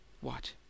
What